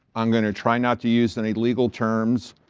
i'm going to try not to use any legal terms.